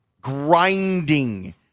grinding